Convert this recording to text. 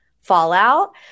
fallout